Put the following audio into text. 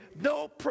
no